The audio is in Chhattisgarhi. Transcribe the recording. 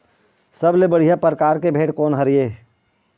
सबले बढ़िया परकार के भेड़ कोन हर ये?